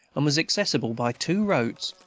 and was accessible by two roads,